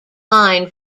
line